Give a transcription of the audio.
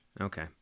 okay